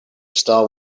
star